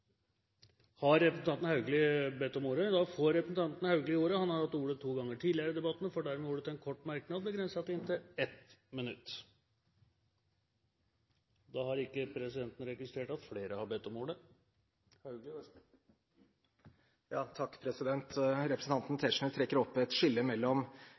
verden. Representanten Haugli har hatt ordet to ganger tidligere, og får dermed ordet til en kort merknad, begrenset til inntil 1 minutt. Representanten Tetzschner trekker opp et skille mellom